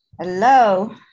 hello